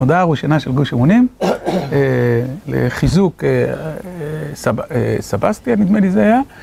תודה ראשונה של גוש אמונים לחיזוק סבסטיה, נדמה לי זה היה.